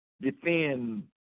defend